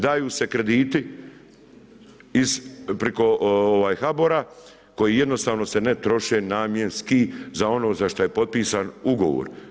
Daju se krediti iz preko HBOR-a koji jednostavno se ne troše namjenski za ono za šta je potpisan ugovor.